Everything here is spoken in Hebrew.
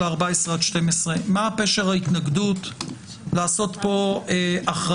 ה-14 עד 12. מה פשר ההתנגדות לעשות פה החרגה?